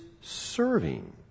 serving